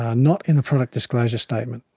ah not in the product disclosure statement.